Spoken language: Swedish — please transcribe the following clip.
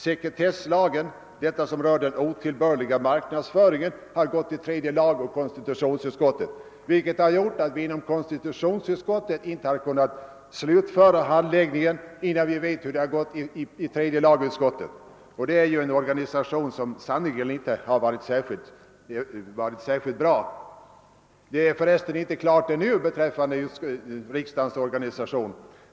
Sekretesslagsärendet, som berör frågan om otillbörlig marknadsföring, har hänskjutits till tredje lagutskottet och konstitutionsutskottet, vilket medfört att vi inom konstitutionsutskottet inte kunnat slutföra vår handläggning innan vi fått besked om bur arbetet i tredje lagutskottet utfallit. Denna organisation är sannerligen inte bra. Frågan om riksdagens organisation är för övrigt ännu inte riktigt klar.